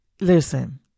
listen